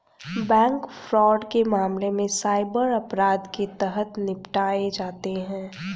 bank fraud के मामले cyber अपराध के तहत निपटाए जाते हैं